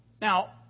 Now